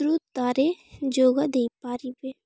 ତାରେ ଯୋଗ ଦେଇପାରିବେ